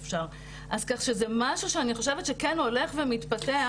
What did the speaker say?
אז כך שזה משהו שאני חושבת שכן הולך ומתפתח,